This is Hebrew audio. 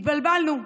התבלבלנו.